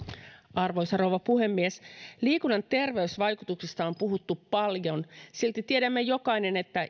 arvoisa rouva puhemies liikunnan terveysvaikutuksista on puhuttu paljon silti tiedämme jokainen että